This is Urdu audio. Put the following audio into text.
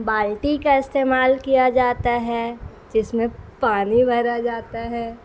بالٹی کا استعمال کیا جاتا ہے جس میں پانی بھرا جاتا ہے